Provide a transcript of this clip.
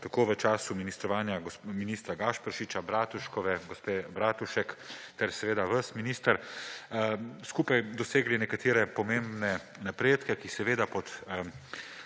tako v času ministrovanja ministra Gašperšiča, Bratuškove, gospe Bratušek ter seveda vas, minister, skupaj dosegli nekatere pomembne napredke, ki seveda pod